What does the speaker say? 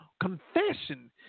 confession